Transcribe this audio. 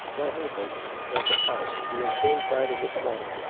let me hope, that the pride, the insane pride of this morning,